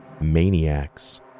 maniacs